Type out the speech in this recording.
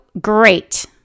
great